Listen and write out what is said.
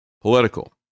political